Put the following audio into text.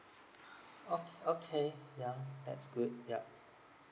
oh okay yeah that's good yeah